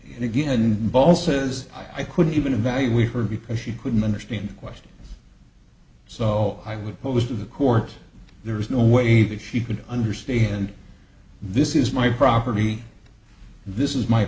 and again ball says i couldn't even value with her because she couldn't understand questions so i would pose to the court there is no way that she could understand this is my property this is my